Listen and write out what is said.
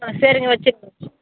ஆ சரிங்க வச்சுருங்க